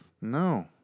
No